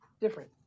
different